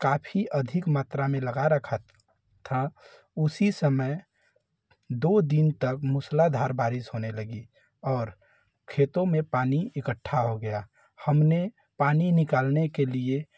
काफ़ी अधिक मात्रा में लगा रखा था उसी समय दो दिन तक मूसलाधार बारिश होने लगी और खेतो में पानी इकट्ठा हो गया हमने पानी निकालने के लिए